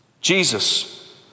Jesus